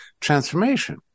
transformation